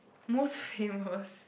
most famous